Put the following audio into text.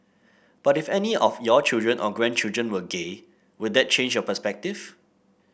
but if any of your children or grandchildren were gay would that change your perspective